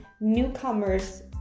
newcomers